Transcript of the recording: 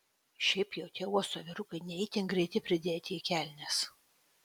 šiaip jau tie uosto vyrukai ne itin greiti pridėti į kelnes